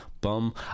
bum